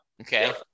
Okay